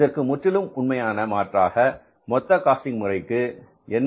இதற்கு முற்றிலும் உண்மையான மாற்றாக மொத்த காஸ்டிங் முறைக்கு என்ன